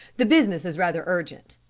the business is rather urgent.